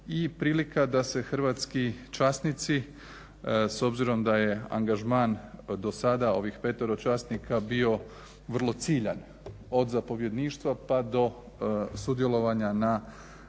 i prilika da se hrvatski časnici s obzirom da je angažman do sada ovih petoro časnika bio vrlo ciljan od zapovjedništva, pa do sudjelovanja na